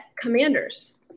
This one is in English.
commanders